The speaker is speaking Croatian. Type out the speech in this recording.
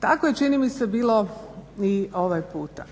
Tako je čini mi se bilo i ovaj puta,